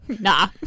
Nah